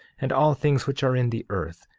and all things which are in the earth,